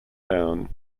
down